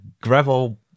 Gravel